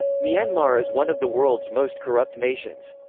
myanmar is one of the world's most corrupt nations.